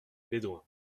bédoin